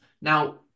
Now